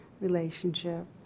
relationship